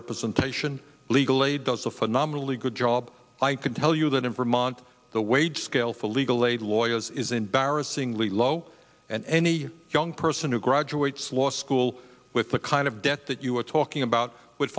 representation legal aid does a phenomenally good job i could tell you that in for months the wage scale for legal aid lawyer is embarrassingly low and any young person who graduates law school with the kind of debt that you are talking about would